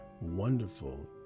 wonderful